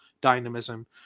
dynamism